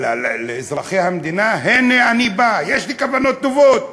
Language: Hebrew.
לאזרחי המדינה, הנה, אני בא, יש לי כוונות טובות,